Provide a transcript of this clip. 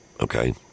Okay